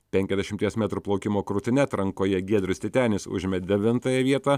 penkiasdešimties metrų plaukimo krūtine atrankoje giedrius titenis užėmė devintąją vietą